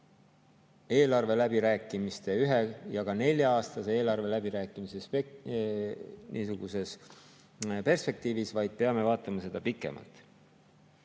eelarveläbirääkimiste, ühe- ja ka nelja-aastase eelarve läbirääkimiste perspektiivis, vaid me peame vaatama seda